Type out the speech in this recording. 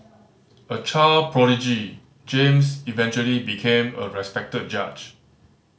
a child prodigy James eventually became a respected judge